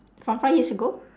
from five years ago